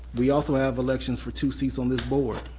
we also have elections for two seats on this board.